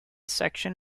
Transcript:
section